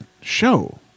show